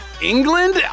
England